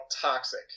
toxic